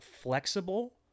flexible